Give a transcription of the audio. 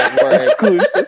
Exclusive